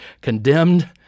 condemned